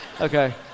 okay